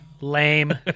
lame